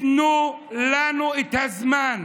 תנו לנו את הזמן,